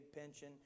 pension